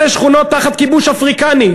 אלה שכונות תחת כיבוש אפריקני.